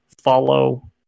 follow